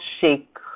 shake